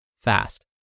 fast